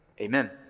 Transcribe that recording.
amen